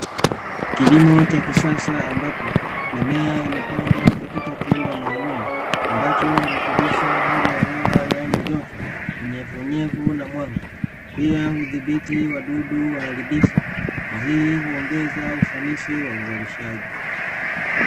Kilimo cha kisasa, ambapo mimea imepandwa katika chumba maalumu, ambacho hurekebisha hali ya hewa yaani joto unyevunyevu na mwanga ili udhibiti wadudu waharibifu na hii huongeza ufanisi wa uzalishaji.